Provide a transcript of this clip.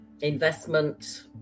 investment